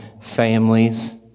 families